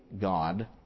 God